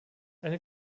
eine